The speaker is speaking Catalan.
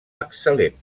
excel·lent